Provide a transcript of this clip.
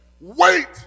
Wait